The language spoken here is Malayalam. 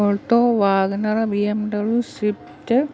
Alto wagon R B M W shift